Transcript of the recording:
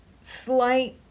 slight